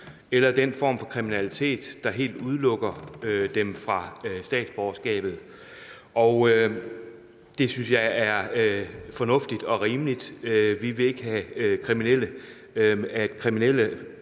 eller den form for kriminalitet, der helt udelukker vedkommende fra statsborgerskabet, og det synes jeg er fornuftigt og rimeligt. Vi vil ikke have, at mennesker,